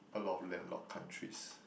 a lot of landlord countries